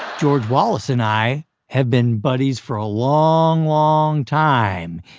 george wallace and i have been buddies for a long, long time.